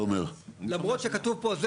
למרות שכתוב פה.